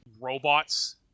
robots